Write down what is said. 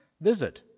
visit